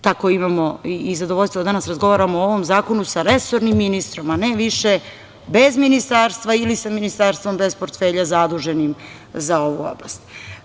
Tako imamo i zadovoljstvo da danas razgovaramo o ovom zakonu sa resornim ministrom, a ne više bez ministarstva ili sa ministarstvom bez portfelja zaduženim za ovu oblast.